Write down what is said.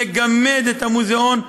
לגמד את המוזיאון,